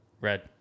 Red